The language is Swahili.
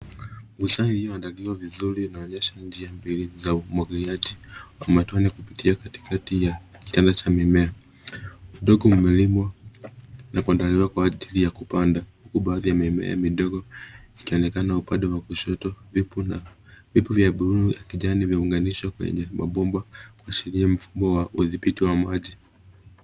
Uzio ulioandaliwa vizuri inaonyesha njia mbili za umwagiliaji wa matone kupitia katikati ya chale cha mimea. Udongo umelimwa na kuandaliwa kwa ajili ya kupanda huku baadhi ya mimea midogo zikionekana upande wa kushoto. Vipu vya buluu na kijani vimeunganishwa kwenye mabomba kuashiria mfumo wa udhibiti wa maji.